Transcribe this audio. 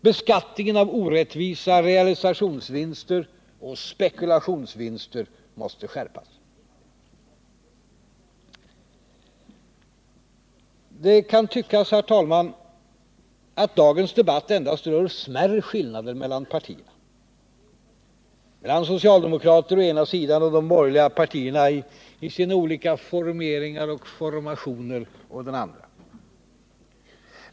Beskattningen av orättvisa realisationsvinster och spekulationsvinster måste skärpas. Det kan tyckas, herr talman, att dagens debatt endast rör smärre skillnader mellan partierna, mellan socialdemokrater å ena sidan och de borgerliga partierna å den andra.